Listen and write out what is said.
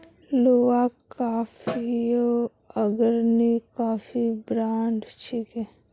Luwak कॉफियो अग्रणी coffee brand छिके